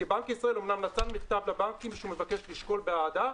כי בנק ישראל אמנם נתן מכתב לבנקים שהוא מבקש לשקול באהדה,